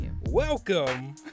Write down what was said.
welcome